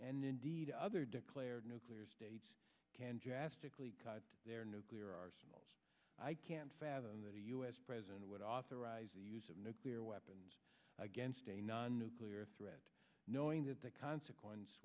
and indeed other declared nuclear states can drastically cut their nuclear arsenals i can't fathom that a us president would authorize the use of nuclear weapons against a non nuclear threat knowing that the consequences